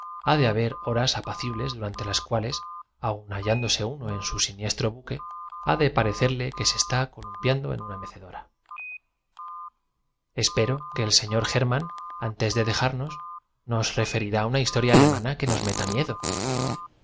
de haber horas apacibles durante de las frutas y la cristalería sus diversas expresiones las cuales aun hallándose uno en su siniestro buque ha de parecerle tos mordaces producían efec que se está columpiando en una mecedora de repente me llamó la atención el aspecto del convidado espero que el señor hermann antes de dejarnos nos referirá una que estaba frente a mí era un hombre de estatura regular medianamente cor historia alemana que nos meta miedo